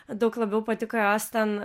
daug labiau patiko jos ten